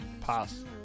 Pass